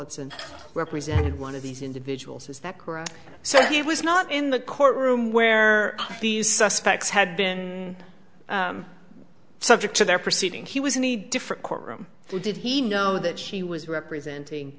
tillotson represented one of these individuals is that correct so he was not in the courtroom where these suspects had been subject to their proceeding he was any different courtroom did he know that she was representing